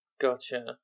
Gotcha